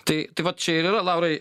tai tai va čia ir yra laurai